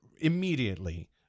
immediately